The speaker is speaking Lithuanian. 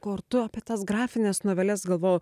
ko ar tu apie tas grafines noveles galvoju